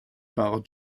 par